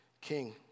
king